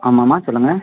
ஆமாம்மா சொல்லுங்கள்